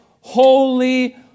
Holy